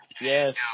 Yes